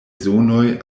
zonoj